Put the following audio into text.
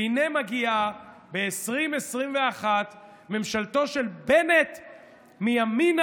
והינה מגיעה ב-2021 ממשלתו של בנט מימינה,